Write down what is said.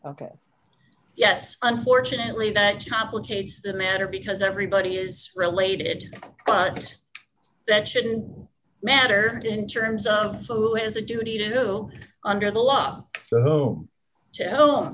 ok yes unfortunately that complicates the matter because everybody is related but that shouldn't matter in terms of who has a duty to do under the law